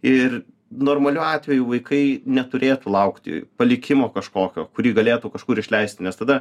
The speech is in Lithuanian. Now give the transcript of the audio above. ir normaliu atveju vaikai neturėtų laukti palikimo kažkokio kurį galėtų kažkur išleisti nes tada